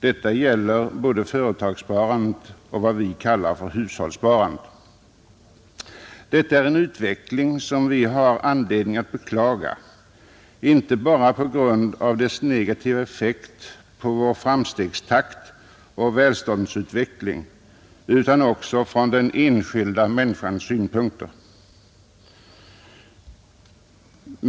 Det gäller både företagssparandet och vad vi kallar hushållssparandet. Detta är en utveckling som vi har anledning att beklaga, inte bara på grund av dess negativa effekt på vår framstegstakt och välståndsutveckling utan också från den enskilda människans synpunkt.